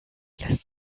lässt